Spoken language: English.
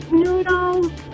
noodles